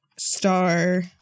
star